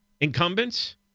incumbents